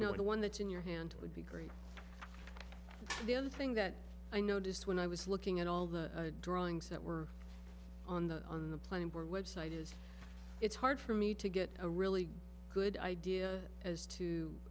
no one that in your hand would be great and the other thing that i noticed when i was looking at all the drawings that were on the on the plane where website is it's hard for me to get a really good idea as to